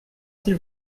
s’il